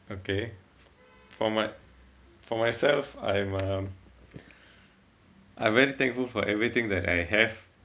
okay for my~ for myself I'm um I'm very thankful for everything that I have